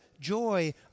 joy